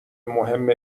مهم